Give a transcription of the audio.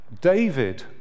David